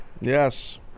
Yes